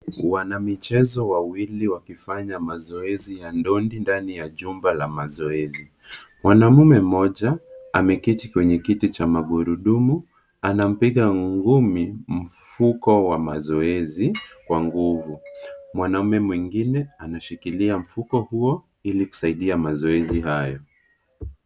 Wanamichezo wawili wakifanya mazoezi ya dondi ndani ya jumba la mazoezi. Mwanaume mmoja ameketi kwenye kiti cha magurudumu, anampiga ngumi mfuko wa mazoezi kwa nguvu. Mwanaume mwingine anashikilia mfuko huo Ili kusaidia mazoezi hayo.